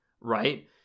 right